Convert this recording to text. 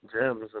gems